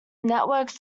network